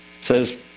says